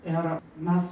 ir mes